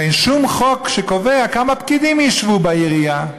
ואין שום חוק שקובע כמה פקידים ישבו בעירייה,